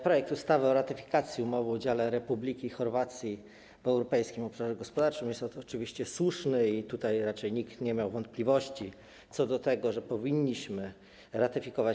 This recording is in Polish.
Projekt ustawy o ratyfikacji Umowy o udziale Republiki Chorwacji w Europejskim Obszarze Gospodarczym jest oczywiście słuszny i raczej nikt nie miał wątpliwości co do tego, że powinniśmy ją ratyfikować.